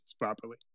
properly